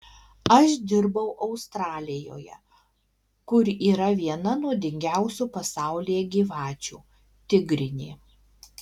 aš dirbau australijoje kur yra viena nuodingiausių pasaulyje gyvačių tigrinė